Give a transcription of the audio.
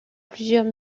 plusieurs